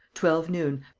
twelve noon.